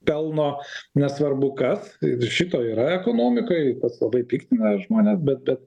pelno nesvarbu kas šito yra ekonomikoj labai piktina žmones bet bet